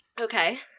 Okay